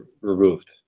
removed